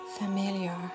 familiar